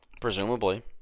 Presumably